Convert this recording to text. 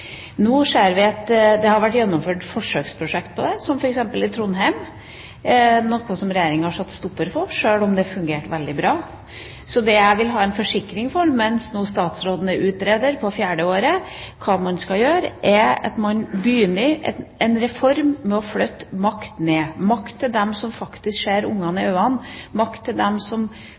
Det har vært gjennomført forsøksprosjekt på dette, f.eks. i Trondheim, som Regjeringa satte en stopper for, sjøl om det fungerte veldig bra. Det jeg vil ha en forsikring for når det gjelder hva man skal gjøre – mens statsråden nå utreder på fjerde året – er at man begynner en reform med å flytte makt ned – makt ned til dem som ser barna i øynene, makt til dem som